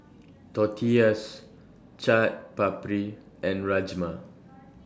Tortillas Chaat Papri and Rajma